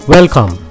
Welcome